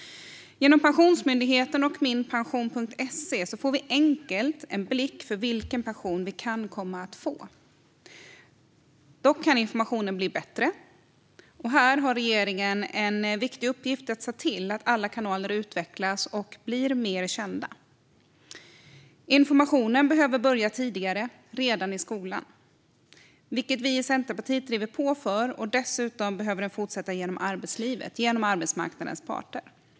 Genom Pensionsmyndigheten och Minpension.se får vi enkelt en överblick över vilken pension vi kan komma att få. Dock kan informationen bli bättre, och här har regeringen en viktig uppgift att se till att alla kanaler utvecklas och blir mer kända. Informationen behöver ske tidigare, redan i skolan, vilket vi i Centerpartiet driver på för. Dessutom behöver den fortsätta genom arbetslivet genom arbetsmarknadens parter.